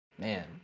Man